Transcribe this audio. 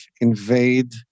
invade